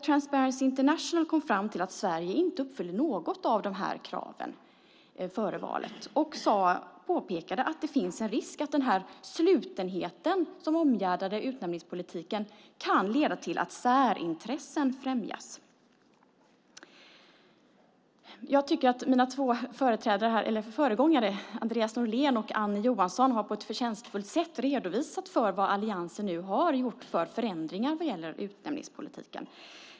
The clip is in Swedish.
Transparency International kom fram till att Sverige inte uppfyllde något av de här kriterierna före valet och påpekade att det fanns en risk att den här slutenheten, som omgärdade utnämningspolitiken, kunde leda till att särintressen främjades. Jag tycker att mina två föregångare, Andreas Norlén och Annie Johansson, på ett förtjänstfullt sätt har redovisat vad alliansen nu har gjort för förändringar vad gäller utnämningspolitiken.